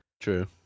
True